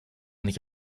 nicht